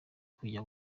kujya